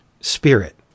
spirit